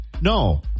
No